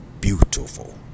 beautiful